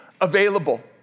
Available